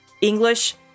English